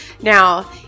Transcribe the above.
Now